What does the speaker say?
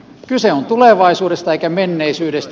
kyse on tulevaisuudesta eikä menneisyydestä